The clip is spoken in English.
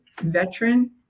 veteran